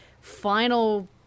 final